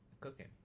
cooking